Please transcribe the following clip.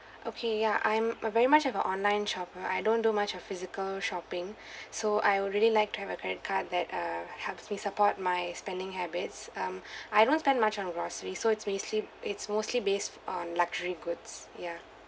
okay ya I'm a very much of an online shopper I don't do much of physical shopping so I would really like to have a credit card that uh helps me support my spending habits um I don't spend much on groceries so it's basically it's mostly based on luxury goods ya